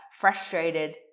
frustrated